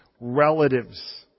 relatives